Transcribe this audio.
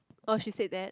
oh she said that